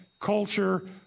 culture